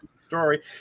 story